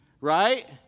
Right